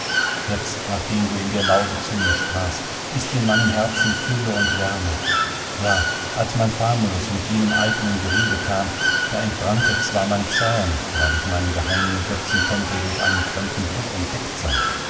jetzt nachdem du in der laube zu mir sprachst ist in meinem herzen fülle und wärme ja als mein famulus mit jenem eitlen gerede kam da entbrannte zwar mein zorn weil ich meinen geheimen götzentempel durch einen fremden blick entdeckt sah